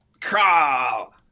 Crawl